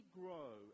grow